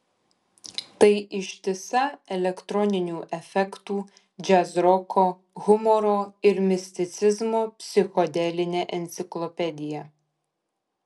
tai ištisa elektroninių efektų džiazroko humoro ir misticizmo psichodelinė enciklopedija